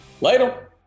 Later